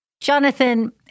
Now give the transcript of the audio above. Jonathan